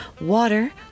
water